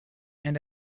and